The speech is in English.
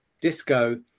disco